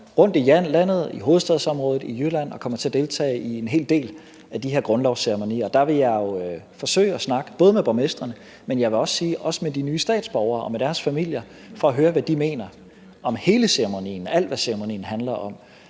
rundt i landet, i hovedstadsområdet, i Jylland, og kommer til at deltage i en hel del af de her grundlovsceremonier. Der vil jeg forsøge at snakke både med borgmestrene, men også med de nye statsborgere og deres familier for at høre, hvad de mener om hele ceremonien – alt, hvad ceremonien handler om.